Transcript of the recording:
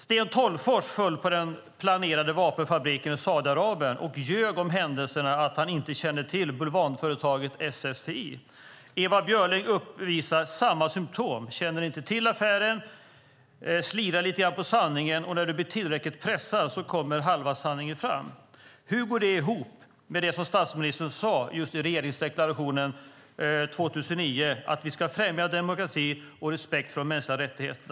Sten Tolgfors föll på den planerade vapenfabriken i Saudiarabien och ljög om att han inte kände till bulvanföretaget SSTI. Ewa Björling uppvisar samma symtom. Hon känner inte till affären, slirar lite grann på sanningen, och när hon blir tillräckligt pressad kommer halva sanningen fram. Hur går detta ihop med det som statsministern sade i regeringsförklaringen 2009 om att vi ska främja demokrati och respekt för mänskliga rättigheter?